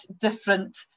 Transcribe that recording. different